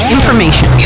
Information